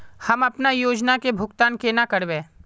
हम अपना योजना के भुगतान केना करबे?